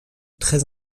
très